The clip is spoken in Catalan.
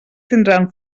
tindran